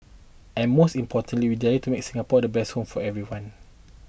and most importantly we desire to make Singapore to best home for everyone